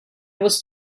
was